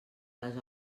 les